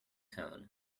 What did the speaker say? cone